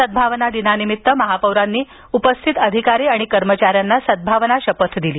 सद्धावना दिनानिमित्त महापौरांनी उपस्थित अधिकारी आणि कर्मचाऱ्यांना सद्भावना शपथ दिली